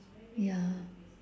ya